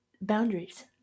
boundaries